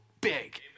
big